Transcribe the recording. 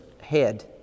head